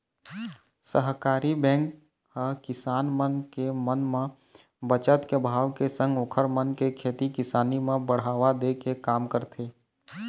सहकारी बेंक ह किसान मन के मन म बचत के भाव के संग ओखर मन के खेती किसानी म बढ़ावा दे के काम करथे